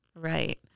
Right